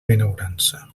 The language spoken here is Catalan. benaurança